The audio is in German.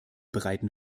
bereiten